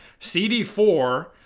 CD4